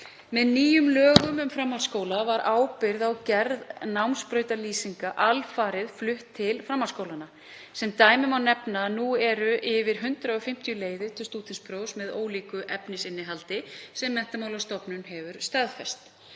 Með nýjum lögum um framhaldsskóla var ábyrgð á gerð námsbrautarlýsinga alfarið flutt til framhaldsskólanna. Sem dæmi má nefna að nú eru yfir 150 leiðir til stúdentsprófs með ólíku efnisinnihaldi sem Menntamálastofnun hefur staðfest.